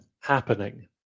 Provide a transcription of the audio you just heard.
happening